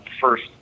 first